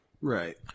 Right